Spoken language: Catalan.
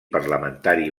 parlamentari